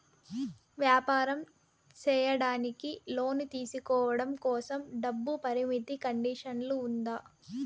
వ్యాపారం సేయడానికి లోను తీసుకోవడం కోసం, డబ్బు పరిమితి కండిషన్లు ఉందా?